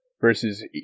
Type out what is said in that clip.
versus